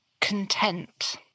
content